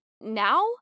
now